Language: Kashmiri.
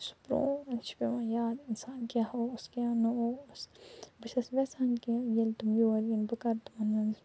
سُہ پرٛون چھُ پٮ۪وان یاد اِنسان کیٛاہ اوس کیٛاہ نہٕ اوس بہٕ چھَس یَژھان کہِ ییٚلہِ تِم یور یِن بہٕ کَرٕ تِمَن منٛز